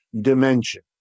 dimension